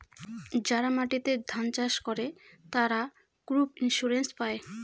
যারা মাটিতে ধান চাষ করে, তারা ক্রপ ইন্সুরেন্স পায়